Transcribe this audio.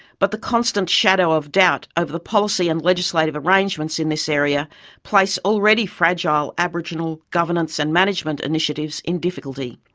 but the constant shadow of doubt over the policy and legislative arrangements in this area place already fragile aboriginal governance and management initiatives in difficulty.